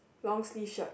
long sleeve shirt